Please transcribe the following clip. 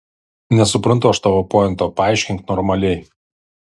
nesuprantu aš tavo pointo paaiškink normaliai